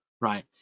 right